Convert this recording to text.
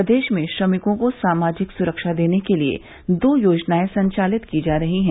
प्रदेश में श्रमिकों को सामाजिक सुरक्षा देने के लिये दो योजनाए संचालित की जा रहीं हैं